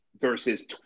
versus